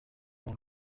dans